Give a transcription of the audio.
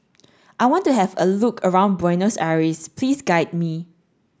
I want to have a look around Buenos Aires Please guide me